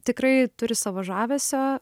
tikrai turi savo žavesio